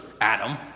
Adam